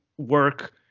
work